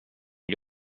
gli